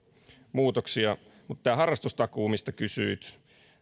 muutoksia mutta tämä harrastustakuu mistä kysyit